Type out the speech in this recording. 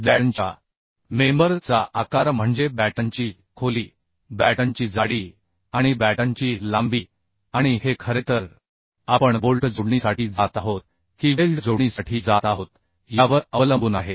बॅटनच्या मेंबर चा आकार म्हणजे बॅटनची खोली बॅटनची जाडी आणि बॅटनची लांबी आणि हे खरेतर आपण बोल्ट जोडणीसाठी जात आहोत की वेल्ड जोडणीसाठी जात आहोत यावर अवलंबून आहे